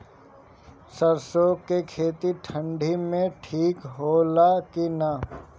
सरसो के खेती ठंडी में ठिक होला कि ना?